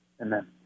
Amen